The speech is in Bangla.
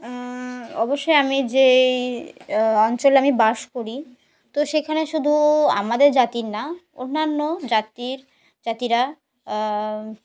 অবশ্যই আমি যেই অঞ্চলে আমি বাস করি তো সেখানে শুধু আমাদের জাতির না অন্যান্য জাতির জাতিরা